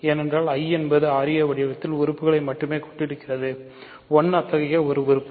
ஏனென்றால் I என்பது ra வடிவத்தின் உறுப்புகளை மட்டுமே கொண்டிருக்கிறது 1 அத்தகைய ஒரு உறுப்பு